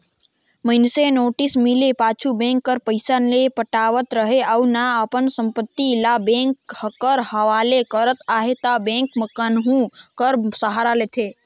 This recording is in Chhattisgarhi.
मइनसे नोटिस मिले पाछू बेंक कर पइसा नी पटावत रहें अउ ना अपन संपत्ति ल बेंक कर हवाले करत अहे ता बेंक कान्हून कर सहारा लेथे